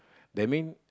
that mean